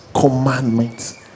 commandments